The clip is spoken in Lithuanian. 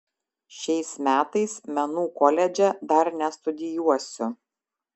šiais metais menų koledže dar nestudijuosiu